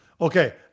Okay